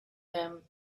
him